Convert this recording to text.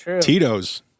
Tito's